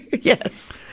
Yes